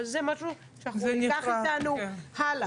אבל זה משהו שאנחנו ניקח איתנו הלאה.